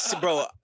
bro